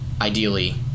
ideally